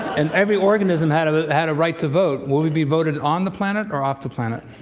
and every organism had had a right to vote, would we be voted on the planet, or off the planet?